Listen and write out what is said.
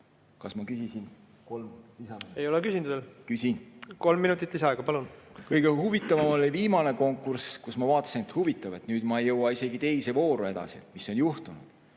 Kas ma küsisin kolm lisaminutit? Ei ole küsinud veel. Kolm minutit lisaaega, palun! Kõige huvitavam oli viimane konkurss, kus ma vaatasin, et nüüd ma ei jõua isegi teise vooru edasi. Huvitav, mis on juhtunud.